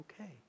okay